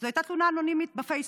זו הייתה תלונה אנונימית בפייסבוק.